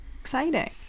Exciting